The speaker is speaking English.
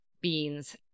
beans